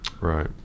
Right